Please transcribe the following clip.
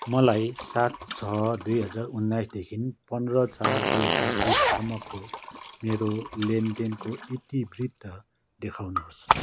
मलाई सात छ दुई हजार उन्नाइसदेखि पन्ध्र चार दुई हजार बिससम्मको मेरो लेनदेनको इतिवृत्त देखाउनुहोस्